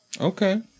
Okay